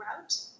route